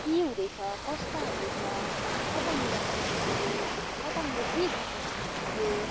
के हुँदैछ कस्ता हुँदैछ कतानिर पानी पऱ्यो कतानिर के घटना घटियो